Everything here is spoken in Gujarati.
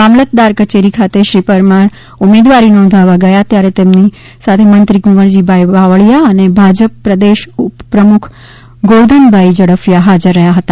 મામલતદાર કચેરી ખાતે શ્રી પરમારે ઉમેદવારી નોંધાવવા ગયા ત્યારે મંત્રી કુંવરજીભાઈ બાવળીયા અને ભાજપ પ્રદેશ ઊપપ્રમુખ ગોરધનભાઈ ઝડફિયા હાજર રહ્યા હતા